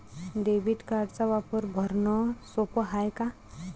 Debit कार्डचा वापर भरनं सोप हाय का?